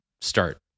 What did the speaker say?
start